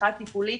תמיכה טיפולית,